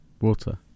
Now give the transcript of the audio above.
water